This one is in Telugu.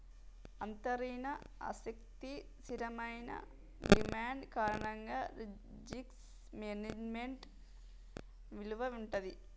అంతర్లీన ఆస్తికి స్థిరమైన డిమాండ్ కారణంగా రిస్క్ మేనేజ్మెంట్ విలువ వుంటది